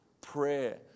prayer